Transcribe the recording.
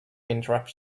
interrupt